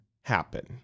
happen